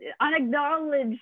unacknowledged